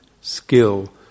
skill